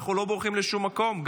אנחנו לא בורחים לשום מקום,